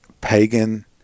pagan